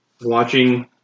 watching